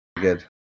Good